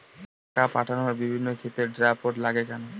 টাকা পাঠানোর বিভিন্ন ক্ষেত্রে ড্রাফট লাগে কেন?